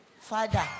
Father